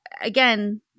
again